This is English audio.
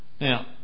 Now